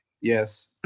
yes